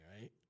right